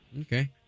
Okay